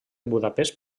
budapest